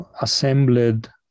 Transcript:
assembled